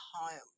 home